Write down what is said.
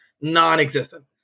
non-existent